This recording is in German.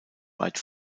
weit